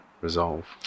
resolve